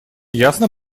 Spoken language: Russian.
ясно